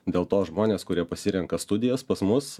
dėl to žmonės kurie pasirenka studijas pas mus